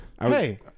Hey